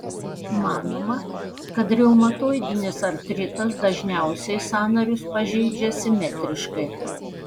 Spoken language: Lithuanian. manoma kad reumatoidinis artritas dažniausiai sąnarius pažeidžia simetriškai